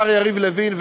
השר יריב לוין,